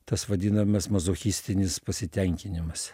tas vadinamas mazochistinis pasitenkinimas